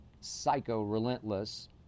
psycho-relentless